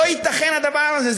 לא ייתכן הדבר הזה.